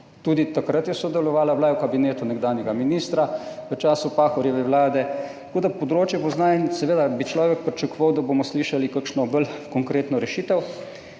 Tudi takrat je sodelovala, bila je v kabinetu nekdanjega ministra v času Pahorjeve vlade, tako da področje pozna. In seveda bi človek pričakoval, da bomo slišali kakšno bolj konkretno rešitev.